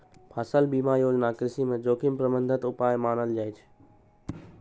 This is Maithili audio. फसल बीमा योजना कृषि मे जोखिम प्रबंधन उपाय मानल जाइ छै